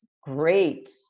great